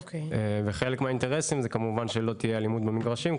וחלק מהאינטרסים זה כמובן שלא תהיה אלימות במגרשים,